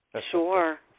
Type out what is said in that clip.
Sure